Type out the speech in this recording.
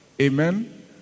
Amen